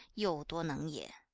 you duo neng ye.